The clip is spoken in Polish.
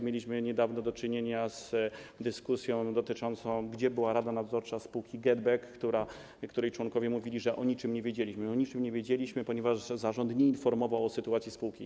Mieliśmy niedawno do czynienia z dyskusją dotyczącą tego, gdzie była rada nadzorcza spółki GetBack, której członkowie mówili, że o niczym nie wiedzieli, mówili: O niczym nie wiedzieliśmy, ponieważ zarząd nie informował o sytuacji spółki.